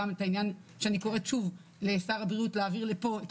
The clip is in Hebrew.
אני קוראת שוב לשר הבריאות להעביר לפה את